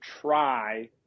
try